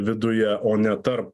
viduje o ne tarp